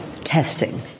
testing